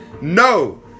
no